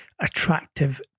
attractive